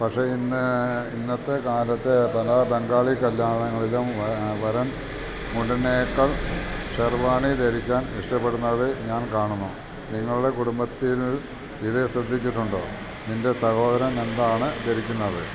പക്ഷേ ഇന്ന് ഇന്നത്തെ കാലത്ത് പല ബംഗാളി കല്യാണങ്ങളിലും വരൻ മുണ്ടിനെക്കാൾ ഷർവാണി ധരിക്കാൻ ഇഷ്ടപ്പെടുന്നത് ഞാൻ കാണുന്നു നിങ്ങളുടെ കുടുംബത്തിൽ ഇത് ശ്രദ്ധിച്ചിട്ടുണ്ടോ നിന്റെ സഹോദരൻ എന്താണ് ധരിക്കുന്നത്